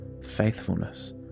faithfulness